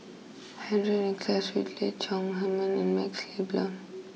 Henry Nicholas Ridley Chong Heman and MaxLe Blond